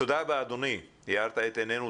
תודה רבה אדוני, הארת את עינינו.